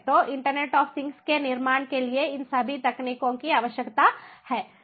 तो internet of things के निर्माण के लिए इन सभी तकनीकों की आवश्यकता है